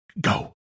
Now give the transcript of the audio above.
go